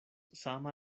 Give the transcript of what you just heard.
sama